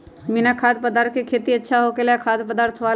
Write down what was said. बिना खाद्य पदार्थ के खेती अच्छा होखेला या खाद्य पदार्थ वाला?